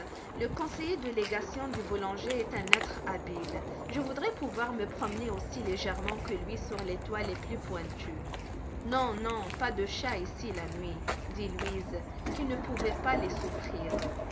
le conseiller de légation du boulanger est un être habile je voudrais pouvoir me promener aussi légèrement que lui sur les toits les plus pointus non non pas de chat ici la nuit dit louise qui ne pouvait pas les souffrir